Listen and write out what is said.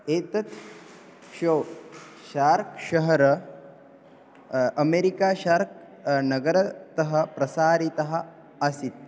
एतत् show shark शहर America shark नगरतः प्रसारीतः आसीत्